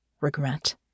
regret